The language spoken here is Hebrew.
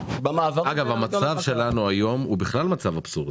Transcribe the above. אגב, המצב שלנו היום הוא בכלל מצב אבסורדי.